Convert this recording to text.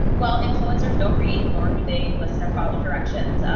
well influencers don't read, nor do they listen or follow directions.